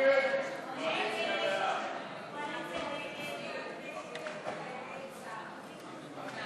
ההצעה להעביר לוועדה את הצעת חוק זכויות